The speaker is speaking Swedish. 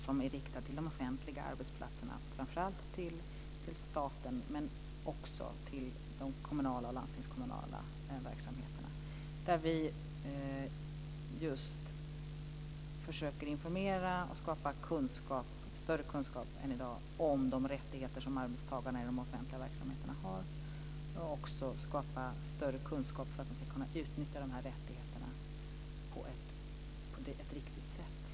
Den är riktad till de offentliga arbetsplatserna, framför allt till staten men också till de kommunala och landstingskommunala verksamheterna. Vi försöker informera och skapa större kunskap om de rättigheter som arbetstagare i de offentliga verksamheterna har, för att de ska kunna utnyttja rättigheterna på ett riktigt sätt.